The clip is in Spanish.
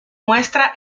muestra